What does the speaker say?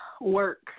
Work